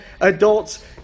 adults